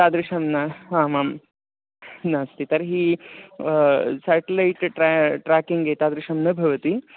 तादृशं न आमां नास्ति तर्हि सेट्लैट् ट्रे ट्रेकिङ्ग् एतादृशं न भवति